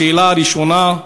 השאלה הראשונה,